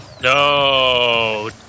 No